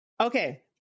Okay